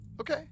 Okay